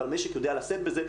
אבל משק יודע לשאת בזה,